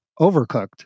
Overcooked